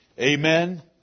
Amen